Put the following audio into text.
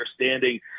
understanding